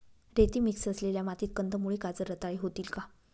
रेती मिक्स असलेल्या मातीत कंदमुळे, गाजर रताळी होतील का?